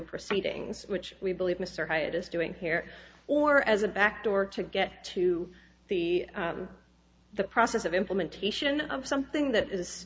proceedings which we believe mr hyatt is doing here or as a back door to get to the the process of implementation of something that is